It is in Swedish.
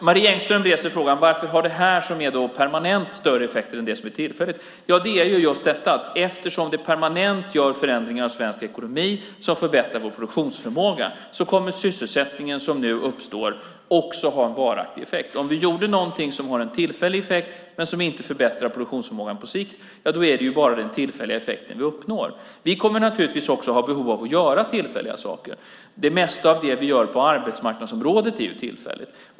Marie Engström reser frågan varför detta som är permanent har större effekter än det som är tillfälligt. Det beror just på detta: Eftersom det gör permanenta förändringar av svensk ekonomi som förbättrar vår produktionsförmåga kommer den sysselsättning som nu uppstår också att ha en varaktig effekt. Om vi gör någonting som har tillfällig effekt men som inte förbättrar produktionsförmågan på sikt är det ju bara den tillfälliga effekten vi uppnår. Vi kommer naturligtvis också att behöva göra tillfälliga saker. Det mesta av det vi gör på arbetsmarknadsområdet är tillfälligt.